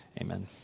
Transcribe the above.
Amen